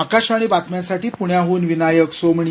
आकाशवाणी बातम्यांसाठी पुण्याहून विनायक सोमणी